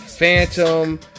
Phantom